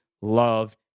love